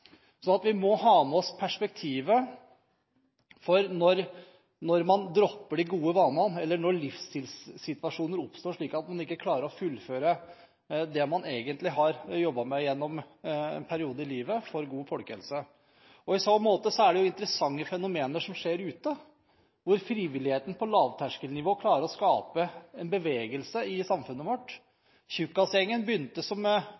vi må ha med oss dette perspektivet – når man dropper de gode vanene eller når livsstilssituasjoner oppstår slik at man ikke klarer å fullføre det man har drevet med i perioder av livet for god helse. I så måte er det interessante fenomener som skjer ute, hvor frivilligheten på lavterskelnivå klarer å skape en bevegelse i samfunnet vårt. Tjukkasgjengen begynte egentlig som